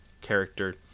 character